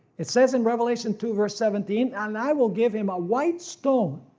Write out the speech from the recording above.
it says in revelation two verse seventeen. and i will give him a white stone,